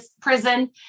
prison